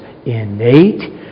Innate